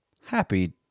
happy